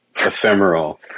ephemeral